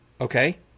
Okay